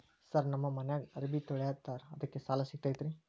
Sir ನಮ್ಮ ಮನ್ಯಾಗ ಅರಬಿ ತೊಳಿತಾರ ಅದಕ್ಕೆ ಸಾಲ ಸಿಗತೈತ ರಿ?